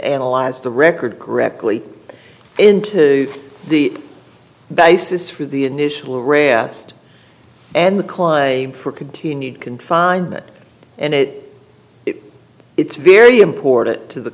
analyze the record correctly into the basis for the initial rarest and the client a for continued confinement and it it's very important to the